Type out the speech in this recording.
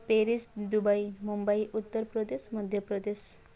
Paris Dubai Mumbai Uttar Pradesh Madhya Pradesh